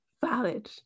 valid